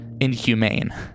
inhumane